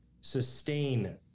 sustain